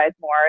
more